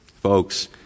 Folks